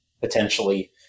potentially